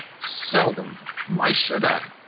seldom why should i?